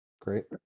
Great